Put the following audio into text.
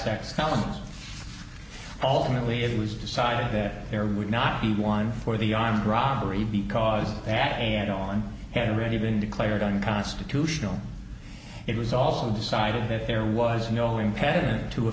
mills alternately it was decided that there would not be one for the armed robbery because and on had already been declared unconstitutional it was also decided that there was no impediment to a